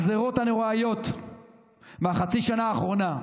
הגזרות הנוראיות מחצי השנה האחרונה,